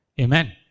Amen